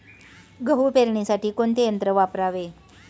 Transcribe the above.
गहू पेरणीसाठी कोणते यंत्र वापरावे?